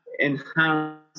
enhance